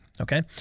okay